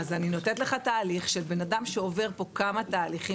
אז אני נותנת לך תהליך של בן אדם שעובר פה כמה תהליכים